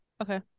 Okay